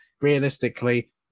Realistically